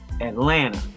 Atlanta